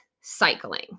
cycling